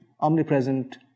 omnipresent